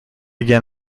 again